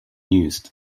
used